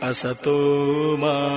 Asatoma